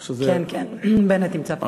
כן, כן, בנט נמצא פה.